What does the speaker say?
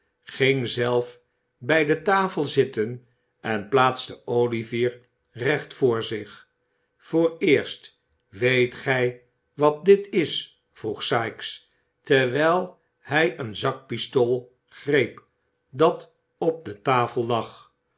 ging zelf bij de tafel zitten en plaatste olivier recht voor zich vooreerst weet gij wat dit is vroeg sikes terwijl hij een zakpistool greep dat op de tafel lag